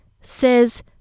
says